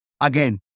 again